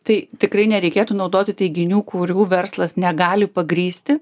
tai tikrai nereikėtų naudoti teiginių kurių verslas negali pagrįsti